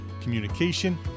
communication